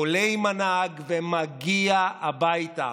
עולה עם הנהג ומגיע הביתה.